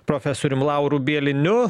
profesorium lauru bieliniu